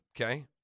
Okay